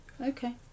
Okay